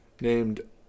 named